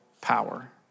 power